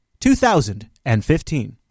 2015